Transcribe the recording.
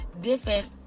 different